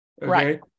right